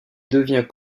devient